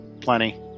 plenty